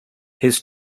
his